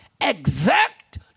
exact